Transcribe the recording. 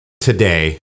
today